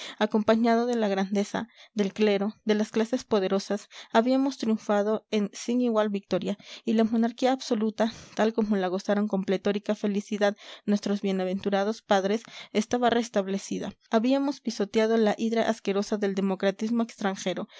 acompañado de la grandeza del clero de las clases poderosas habíamos triunfado en sin igual victoria y la monarquía absoluta tal como la gozaron con pletórica felicidad nuestros bienaventurados padres estaba restablecida habíamos pisoteado la hidra asquerosa del democratismo extranjero